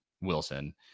Wilson